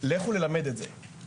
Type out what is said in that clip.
לכו ללמד את זה.